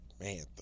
Man